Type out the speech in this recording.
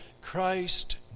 Christ